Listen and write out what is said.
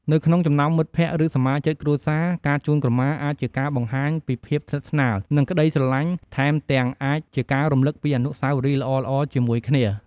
នៅក្នុងចំណោមមិត្តភ័ក្តិ ឬសមាជិកគ្រួសារ ការជូនក្រមាអាចជាការបង្ហាញពីភាពស្និទ្ធស្នាល និងក្ដីស្រលាញ់ថែមទាំងអាចជាការរំលឹកពីអនុស្សាវរីយ៍ល្អៗជាមួយគ្នា។